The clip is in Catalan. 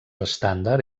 estàndard